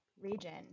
region